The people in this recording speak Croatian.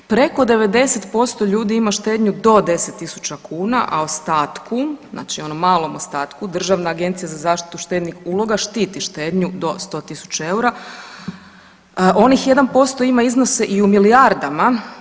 Preko 90% ljudi ima štednju do 10.000 kuna, a ostatku, znači onom malom ostatku Državna agencija za zaštitu štednih uloga štiti štednju do 100.000 EUR-a, onih 1% ima iznose i u milijardama.